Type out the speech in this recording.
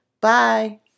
Bye